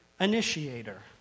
initiator